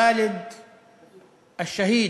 (אומר דברים בשפה